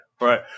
right